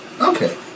Okay